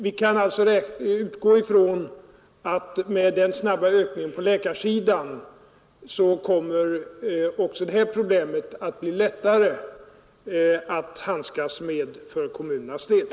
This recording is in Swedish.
Vi kan alltså utgå från att med den snabba ökningen av antalet utbildade läkare kommer de problem som nu finns att bli lättare att handskas med för kommunens vidkommande.